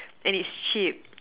and it's cheap